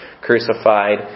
crucified